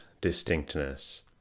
distinctness